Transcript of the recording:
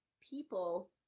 people